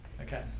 Okay